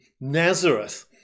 Nazareth